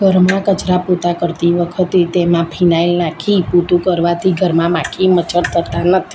ઘરમાં કચરા પોતા કરતી વખતે તેમાં ફિનાઇલ નાખી પોતું કરવાથી ઘરમાં માખી મચ્છર થતાં નથી